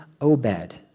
Obed